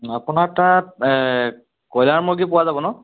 আপোনাৰ তাত কইলাৰ মুৰ্গী পোৱা যাব নহ্